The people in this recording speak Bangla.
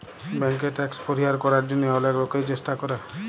ব্যাংকে ট্যাক্স পরিহার করার জন্যহে অলেক লোকই চেষ্টা করে